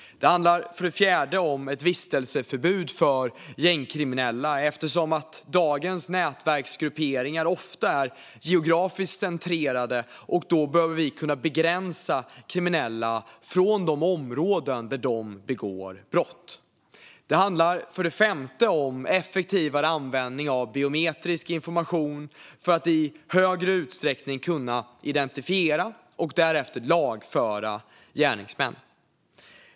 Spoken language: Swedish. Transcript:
Det handlar för det fjärde om ett vistelseförbud för gängkriminella, eftersom dagens nätverksgrupperingar ofta är geografiskt centrerade, och då behöver vi kunna hindra kriminella från att uppehålla sig i de områden där de begår brott. Det handlar för det femte om effektivare användning av biometrisk information för att i högre utsträckning kunna identifiera och därefter lagföra gärningsmän.